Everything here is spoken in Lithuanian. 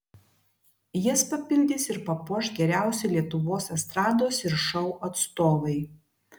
jas papildys ir papuoš geriausi lietuvos estrados ir šou atstovai